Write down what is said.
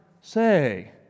say